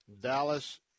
Dallas